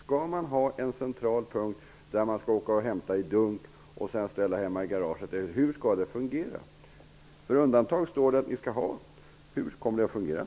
Skall det finnas en central punkt, dit man åker och hämtar bensin i en dunk, som man ställer hemma i garaget? Hur kommer det att fungera? Det sägs ju att det skall göras undantag.